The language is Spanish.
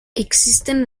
existen